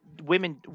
women